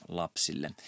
lapsille